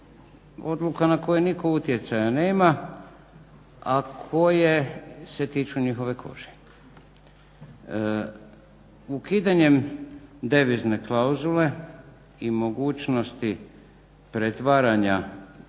odluka na koje nitko utjecaja nema, a koje se tiču njihov kože. Ukidanjem devizne klauzule i mogućnosti pretvaranja